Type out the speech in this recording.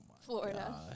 Florida